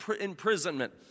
imprisonment